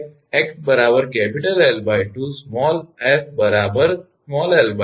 તેથી જ્યારે 𝑥 𝐿2 𝑠 𝑙2